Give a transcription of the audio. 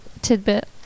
tidbit